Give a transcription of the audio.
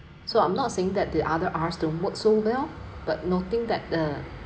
so I'm not saying that the other Rs don't work so well but noting that uh